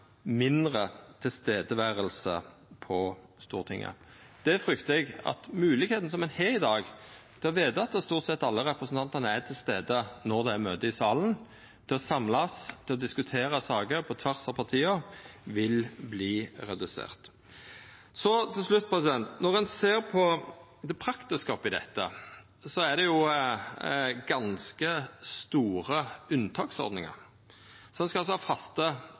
mindre til stades på Stortinget. Eg fryktar at moglegheita ein har i dag til å vita at stort sett alle representantane er til stades når det er møte i salen, og til å kunna samlast til å diskutera saker på tvers av partia, vil verta redusert. Når ein ser på det praktiske oppi dette, er det ganske mange unntak. Ein skal altså ha faste